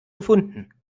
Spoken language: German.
gefunden